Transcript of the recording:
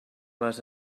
les